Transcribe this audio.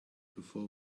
before